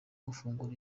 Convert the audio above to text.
gufungura